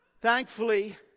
Thankfully